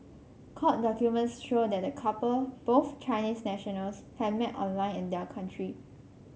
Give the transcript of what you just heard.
court documents show that the couple both Chinese nationals had met online in their country